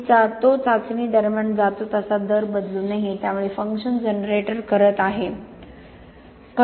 तो चाचणी दरम्यान जातो तसा दर बदलू नये त्यामुळे फंक्शन जनरेटर करत आहे